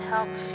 help